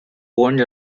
owned